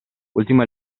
ultimo